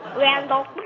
randolph.